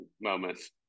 moments